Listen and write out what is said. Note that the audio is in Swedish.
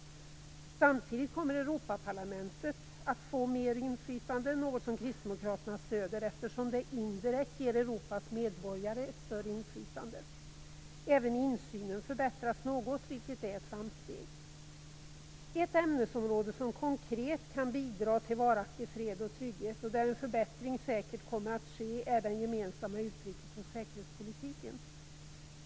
Samtidigt kommer Europaparlamentet att få mer inflytande. Det är något som kristdemokraterna stöder, eftersom det indirekt ger Europas medborgare större inflytande. Även insynen förbättras något, vilket är ett framsteg. Ett ämnesområde som konkret kan bidra till varaktig fred och trygghet, och där en förbättring säkert kommer att ske, är den gemensamma utrikes säkerhetspolitiken.